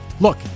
look